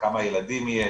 כמה ילדים יש,